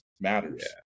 matters